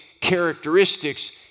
characteristics